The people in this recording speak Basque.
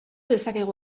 dezakegu